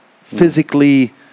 physically